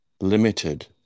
limited